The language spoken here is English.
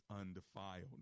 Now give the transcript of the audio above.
undefiled